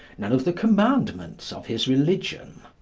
none of the commandments of his religion.